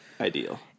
ideal